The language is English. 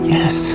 Yes